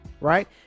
Right